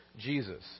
Jesus